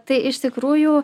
tai iš tikrųjų